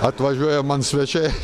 atvažiuoja man svečiai